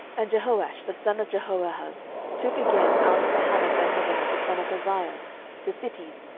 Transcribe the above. and jehoash the son of jehoahaz took again out of the hand of benhadad the son of hazael the cities,